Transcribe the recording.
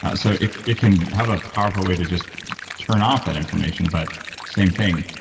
ah so it it can have a powerful way to just turn off that inflammation, but same thing.